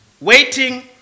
waiting